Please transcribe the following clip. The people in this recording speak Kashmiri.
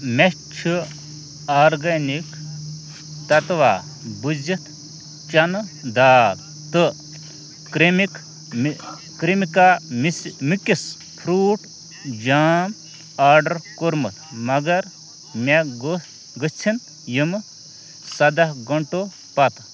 مےٚ چھِ آرگینِک تتوا بٕزِتھ چنہٕ دال تہ کِرٛیمِک کرٛیمِکا مِکٕس فرٛوٗٹ جام آرڈر کوٚرمُت مگر مےٚ گوٚژھ گژھٕنۍ یِم سداہ گھٲنٛٹو پتہٕ